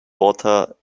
water